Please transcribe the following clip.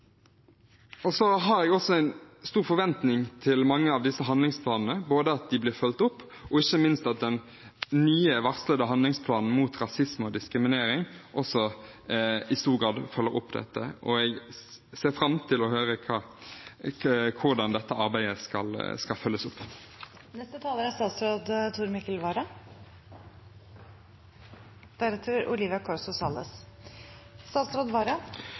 Så har jeg også en stor forventning til mange av disse handlingsplanene, både at de blir fulgt opp, og ikke minst at den nye varslede handlingsplanen mot rasisme og diskriminering også i stor grad følger opp dette. Jeg ser fram til å høre hvordan dette arbeidet skal følges opp.